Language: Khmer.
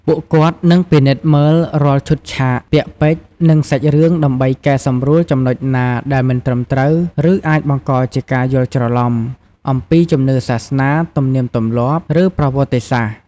ពួកគាត់នឹងពិនិត្យមើលរាល់ឈុតឆាក ពាក្យពេចន៍ និងសាច់រឿង ដើម្បី កែសម្រួលចំណុចណាដែលមិនត្រឹមត្រូវ ឬអាចបង្កជាការយល់ច្រឡំ អំពីជំនឿសាសនា ទំនៀមទម្លាប់ ឬប្រវត្តិសាស្ត្រ។